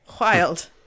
wild